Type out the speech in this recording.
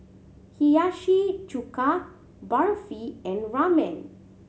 Hiyashi Chuka Barfi and Ramen